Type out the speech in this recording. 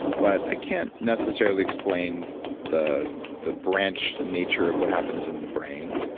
but i can't necessarily explain the the branch nature of what happens in the brain.